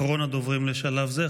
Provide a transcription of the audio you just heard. אחרון הדוברים לשלב זה,